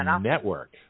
network